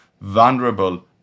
vulnerable